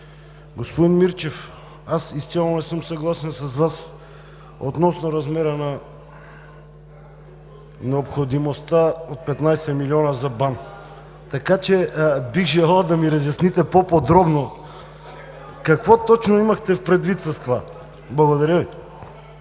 Господин Мирчев, аз изцяло не съм съгласен с Вас относно размера на необходимостта от 15 млн. лв. за БАН. Така че бих желал да ми разясните по-подробно какво точно имахте предвид с това? Благодаря Ви.